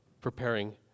preparing